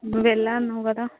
నువ్వు వెళ్ళా అన్నావు కదా